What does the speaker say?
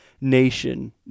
nation